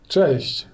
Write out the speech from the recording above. Cześć